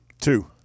Two